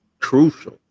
crucial